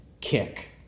kick